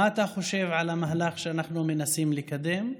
מה אתה חושב על המהלך שאנחנו מנסים לקדם?